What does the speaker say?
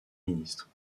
ministre